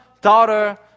daughter